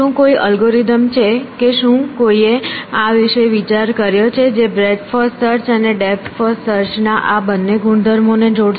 શું કોઈ અલ્ગોરિધમ છે કે શું કોઈએ આ વિશે વિચાર કર્યો છે જે બ્રેડ્થ ફર્સ્ટ સર્ચ અને ડેપ્થ ફર્સ્ટ સર્ચ ના આ બે ગુણધર્મોને જોડશે